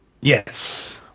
Yes